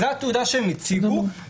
זו התעודה שהם הציגו.